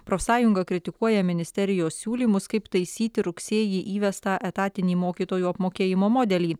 profsąjunga kritikuoja ministerijos siūlymus kaip taisyti rugsėjį įvestą etatinį mokytojų apmokėjimo modelį